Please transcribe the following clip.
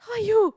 who are you